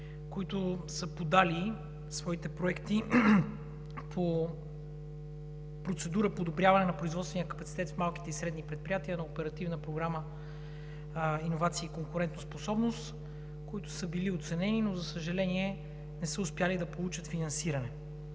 които са подали своите проекти по процедура по подобряване на производствения капацитет в малките и средни предприятия на Оперативна програма „Иновации и конкурентоспособност“, които са били оценени, но, за съжаление, не са успели да получат финансиране.